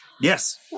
Yes